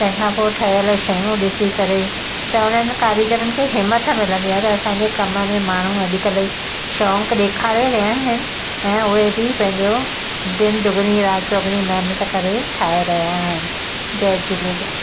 तंहिं खां पोइ ठहियल शयूं ॾिसी करे त हुननि कारीगरनि खे हिमथ मिलंदी आहे त असांखे कम में माण्हू अॼुकल्ह शौक़ु ॾेखारे रहिया आहिनि ऐं उहे बि पंहिंजो दिन दुगनी राति चौगुणी महिनत करे ठाहे रहिया आहिनि जय झूलेलाल